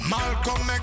Malcolm